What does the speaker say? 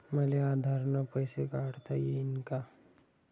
मले आधार न पैसे काढता येईन का?